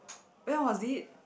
when was it